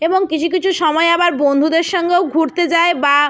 এবং কিছু কিছু সময় আবার বন্ধুদের সঙ্গেও ঘুরতে যাই বা